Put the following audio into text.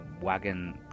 wagon